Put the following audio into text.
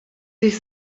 sich